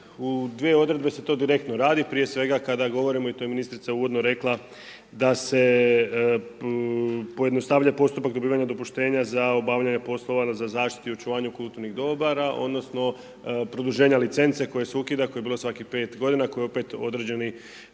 u dvije odredbe se to direktno radi, prije svega kada govorimo, i to je ministrica uvodno rekla da se pojednostavlja postupak dobivanja dopuštenja za obavljanja poslova, za zaštitu i očuvanju kulturnih dobara, odnosno produženja licence koja se ukida, koja je bila svakih pet godina, koja opet određene